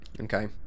okay